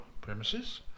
premises